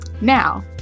Now